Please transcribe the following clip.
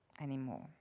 anymore